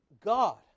God